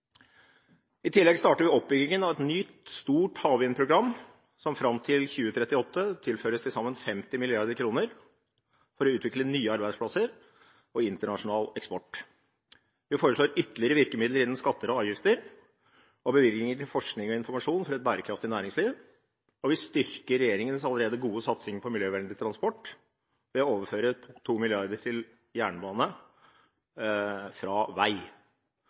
I tillegg starter vi oppbyggingen av et nytt stort havvindprogram, som fram til 2038 tilføres til sammen 50 mrd. kr, for å utvikle nye arbeidsplasser og internasjonal eksport. Vi foreslår ytterligere virkemidler innen skatter og avgifter og bevilgninger til forskning og informasjon for et bærekraftig næringsliv, og vi styrker regjeringens allerede gode satsing på miljøvennlig transport ved å overføre 2 mrd. kr til jernbane fra vei.